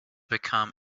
become